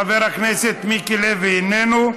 חבר הכנסת מיקי לוי, איננו,